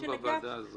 לא בוועדה הזאת.